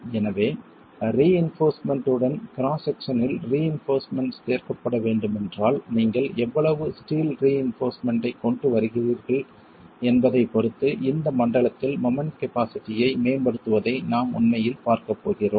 எனவே ரிஇன்போர்ஸ்மென்ட் உடன் கிராஸ் செக்சனில் ரிஇன்போர்ஸ்மென்ட் சேர்க்கப்பட வேண்டுமென்றால் நீங்கள் எவ்வளவு ஸ்டீல் ரிஇன்போர்ஸ்மென்ட் ஐக் கொண்டு வருகிறீர்கள் என்பதைப் பொறுத்து இந்த மண்டலத்தில் மொமெண்ட் கபாஸிட்டி ஐ மேம்படுத்துவதை நாம் உண்மையில் பார்க்கப் போகிறோம்